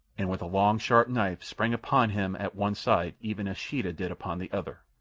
and with a long sharp knife sprang upon him at one side even as sheeta did upon the other.